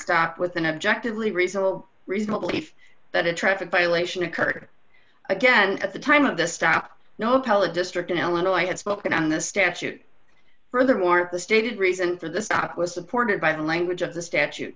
stop with an objectively reasonable reasonable if that a traffic violation occurred again at the time of the stop no appellate district in illinois had spoken on the statute furthermore the stated reason for the stop was supported by the language of the statute